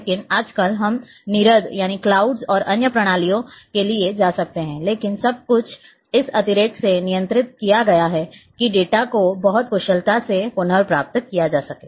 लेकिन आजकल हम नीरद और अन्य प्रणालियों के लिए जा सकते हैं लेकिन सब कुछ इस तरीके से नियंत्रित किया जाता है कि डेटा को बहुत कुशलता से पुनर्प्राप्त किया जा सके